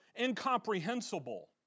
incomprehensible